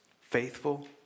Faithful